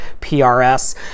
PRS